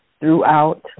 throughout